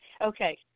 Okay